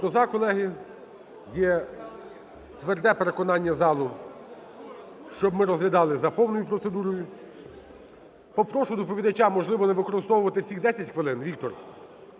За-90 Колеги, є тверде переконання залу, щоб ми розглядали за повною процедурою. Попрошу доповідача, можливо, не використовувати всіх 10 хвилин, Віктор.